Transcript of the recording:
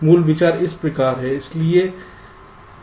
मूल विचार इस प्रकार है